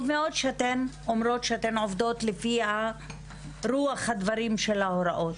טוב מאוד שאתן אומרות שאתן עובדות לפי רוח הדברים של ההוראות,